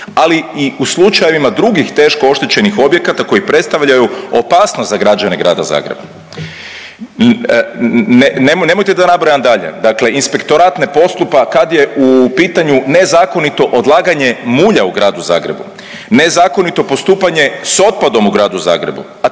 ali i u slučajevima drugih teško oštećenih objekata koji predstavljaju opasnost za građane grada Zagreba. Nemojte da nabrajam dalje, dakle inspektorat ne postupa kad je u pitanju nezakonito odlaganje mulja u gradu Zagrebu, nezakonito postupanje s otpadom u gradu Zagrebu,